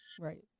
right